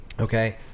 Okay